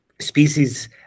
species